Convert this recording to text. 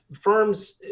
firms